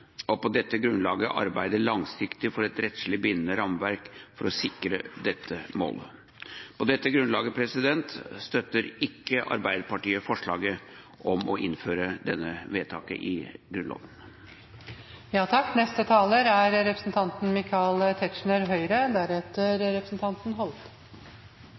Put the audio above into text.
og på dette grunnlaget arbeide langsiktig for et rettslig bindende rammeverk for å sikre dette målet.» På dette grunnlaget støtter ikke Arbeiderpartiet grunnlovsforslaget om å innføre atomvåpenforbud. Et overveldende flertall i